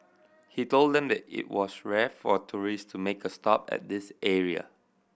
he told them that it was rare for tourist to make a stop at this area